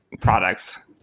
products